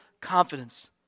confidence